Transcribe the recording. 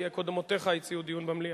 כי קודמותיך הציעו דיון במליאה.